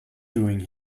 doing